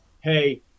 hey